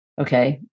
okay